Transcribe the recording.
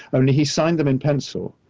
and he signed them in pencil,